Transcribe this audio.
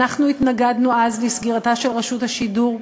התנגדנו אז לסגירתה של רשות השידור,